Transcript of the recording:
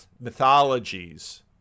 mythologies